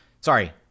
sorry